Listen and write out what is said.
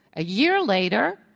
a year later,